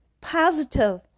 positive